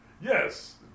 Yes